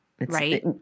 Right